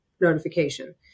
notification